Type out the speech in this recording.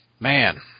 Man